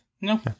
No